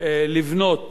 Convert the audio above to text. לבנות